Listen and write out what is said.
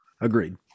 Agreed